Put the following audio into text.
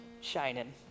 shining